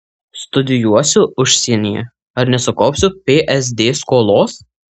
studijuosiu užsienyje ar nesukaupsiu psd skolos